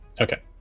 Okay